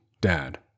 Dad